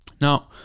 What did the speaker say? Now